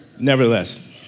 Nevertheless